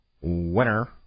winner